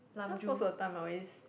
cause most of the time I'll use